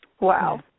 Wow